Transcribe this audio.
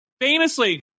famously